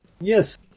Yes